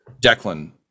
declan